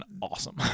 awesome